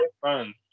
fun